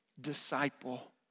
disciple